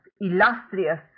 illustrious